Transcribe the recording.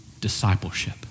discipleship